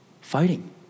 fighting